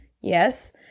Yes